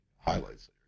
Highlights